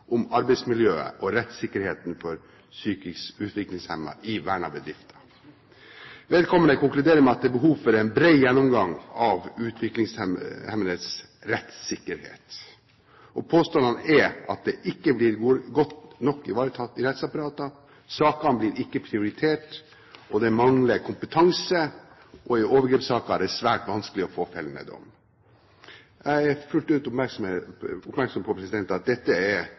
om arbeidsmiljøet og rettssikkerheten for psykisk utviklingshemmede i vernede bedrifter. Vedkommende konkluderer med at det er behov for en bred gjennomgang av utviklingshemmedes rettssikkerhet. Påstanden er at de ikke blir godt nok ivaretatt i rettsapparatet, sakene blir ikke prioritert, det mangler kompetanse og i overgrepssaker er det svært vanskelig å få en fellende dom. Jeg er fullt ut oppmerksom på at dette primært er